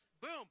boom